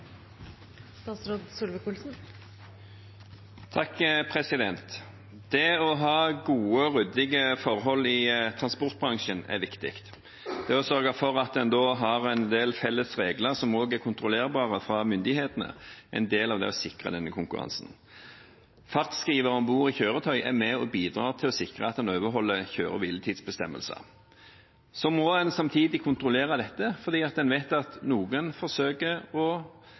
viktig. Det å sørge for at en har en del felles regler som er kontrollerbare for myndighetene, er en del av det å sikre konkurransen. Fartsskrivere om bord i kjøretøy er med på å sikre at en overholder kjøre- og hviletidsbestemmelsene. Men en må samtidig kontrollere dette fordi en vet at noen forsøker å